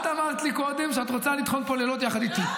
את אמרת לי קודם שאת רוצה לטחון פה לילות יחד איתי.